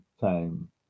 time